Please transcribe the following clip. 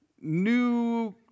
new